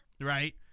right